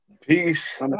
Peace